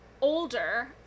older